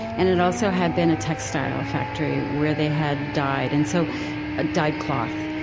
and it also had been a textile factory, where they had dyed and so ah dyed cloth.